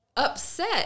upset